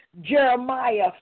Jeremiah